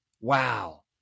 wow